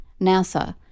NASA